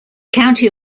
county